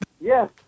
Yes